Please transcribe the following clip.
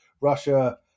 Russia